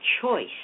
choice